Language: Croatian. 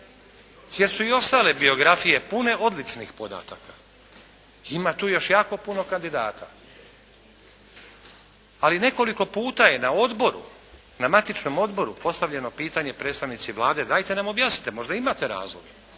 Jer su i ostale biografije pune odličnih podataka. Ima tu još jako puno kandidata. Ali nekoliko puta je na Odboru, na matičnom Odboru postavljeno pitanje predstavnici Vlade: «Dajte nam objasnite. Možda imate razloge.